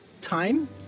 time